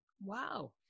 Wow